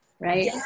right